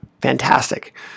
Fantastic